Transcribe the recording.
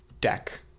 deck